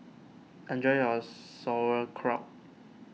enjoy your Sauerkraut